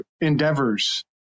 endeavors